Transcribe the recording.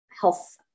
health